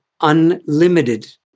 unlimited